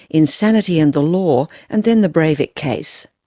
insanity and the law, and then the breivik case.